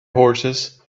horses